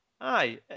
Aye